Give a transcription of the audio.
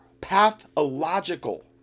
pathological